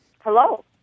Hello